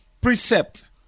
precept